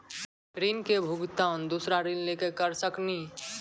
ऋण के भुगतान दूसरा ऋण लेके करऽ सकनी?